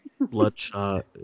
Bloodshot